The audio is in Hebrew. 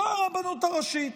זו הרבנות הראשית.